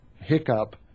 hiccup